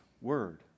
Word